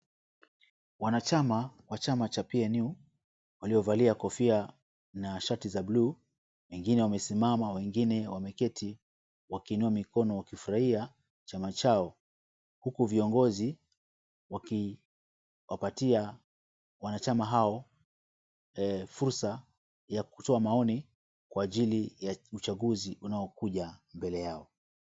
Wanachama wa chama cha PNU waliovalia kofia na shati za buluu. Wengine wamesimama wengine wameketi wakiinua mikono wakifurahia chama chao huku viongozi wakiwapatia wanachama hao fursa ya kutoa maoni kwa ajili ya uchaguzi unakuja.